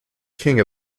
king